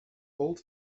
old